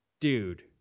dude